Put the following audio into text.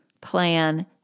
plan